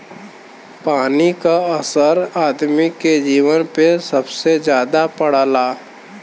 पानी क असर आदमी के जीवन पे सबसे जादा पड़ला